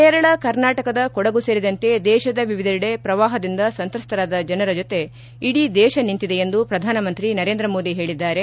ಕೇರಳ ಕರ್ನಾಟಕದ ಕೊಡಗು ಸೇರಿದಂತೆ ದೇಶದ ವಿವಿಧೆಡೆ ಪ್ರವಾಹದಿಂದ ಸಂತ್ರಸ್ತರಾದ ಜನರ ಜೊತೆ ಇಡೀ ದೇಶ ನಿಂತಿದೆ ಎಂದು ಪ್ರಧಾನಮಂತ್ರಿ ನರೇಂದ್ರ ಮೋದಿ ಹೇಳಿದ್ದಾರೆ